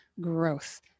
growth